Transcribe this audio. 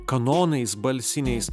kanonais balsiniais